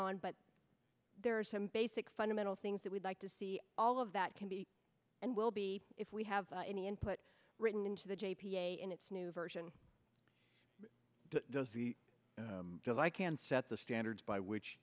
on but there are some basic fundamental things that we'd like to see all of that can be and will be if we have any input written into the j p a and its new version because i can set the standards by which